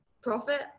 profit